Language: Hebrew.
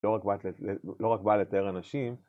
לא רק באה לתאר אנשים